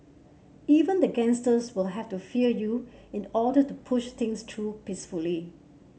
even the gangsters will have to fear you in order to push things through peacefully